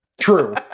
True